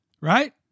Right